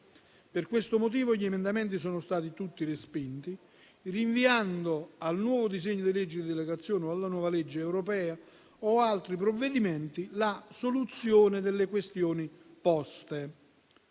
Per questo motivo gli emendamenti sono stati tutti respinti, rinviando al nuovo disegno di legge di delegazione o alla nuova legge europea o ad altri provvedimenti la soluzione delle questioni poste.